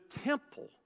temple